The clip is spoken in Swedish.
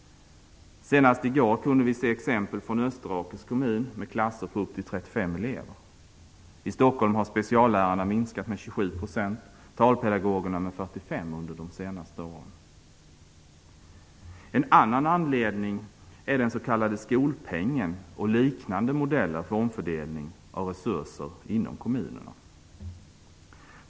Senast i går kunde vi se exempel från 45 % under de senaste åren. En annan anledning är den s.k. skolpengen och liknande modeller för omfördelning av resurser inom kommunerna.